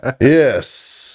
yes